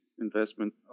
Investment